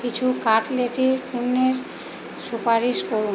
কিছু কাটলেটের পণ্যের সুপারিশ করুন